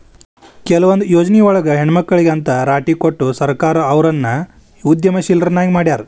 ಕೆಲವೊಂದ್ ಯೊಜ್ನಿಯೊಳಗ ಹೆಣ್ಮಕ್ಳಿಗೆ ಅಂತ್ ರಾಟಿ ಕೊಟ್ಟು ಸರ್ಕಾರ ಅವ್ರನ್ನ ಉದ್ಯಮಶೇಲ್ರನ್ನಾಗಿ ಮಾಡ್ಯಾರ